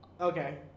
okay